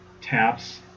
taps